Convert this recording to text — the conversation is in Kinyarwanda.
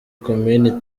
komini